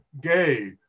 gay